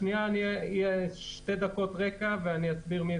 אני אתן רקע של שתי דקות ואני אסביר.